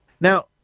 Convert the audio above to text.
Now